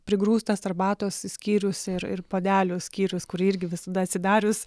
prigrūstas arbatos skyrius ir ir puodelių skyrius kurį irgi visada atsidarius